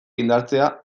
indartzea